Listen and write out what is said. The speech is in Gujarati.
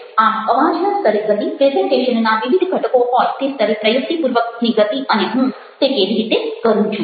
આમ અવાજના સ્તરે ગતિ પ્રેઝન્ટેશનના વિવિધ ઘટકો હોય તે સ્તરે પ્રયુક્તિપૂર્વકની ગતિ અને હું તે કેવી રીતે કરું છું